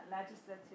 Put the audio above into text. legislative